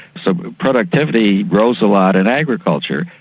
so productivity rose a lot in agriculture,